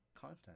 content